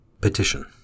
Petition